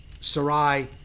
Sarai